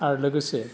आरो लोगोसे